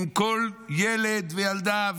אם כל ילד וילדה,